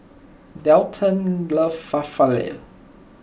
Dayton loves Falafel